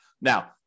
Now